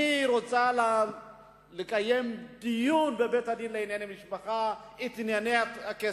אני רוצה לקיים דיון בבית-הדין לענייני משפחה בענייני הכסף.